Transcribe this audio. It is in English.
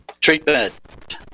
Treatment